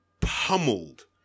pummeled